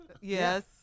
Yes